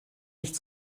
nicht